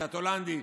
קצת הולנדי.